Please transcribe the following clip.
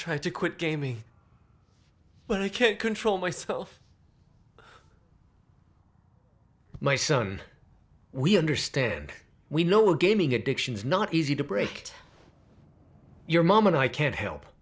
tried to quit gaming but i can't control myself my son we understand we know gaming addiction is not easy to break your mom and i can't help